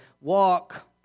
walk